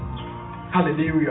hallelujah